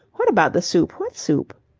what about the soup? what soup?